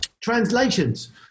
Translations